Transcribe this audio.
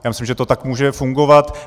Já myslím, že to tak může fungovat.